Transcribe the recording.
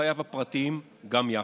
חייו הפרטיים גם יחד".